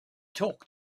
talk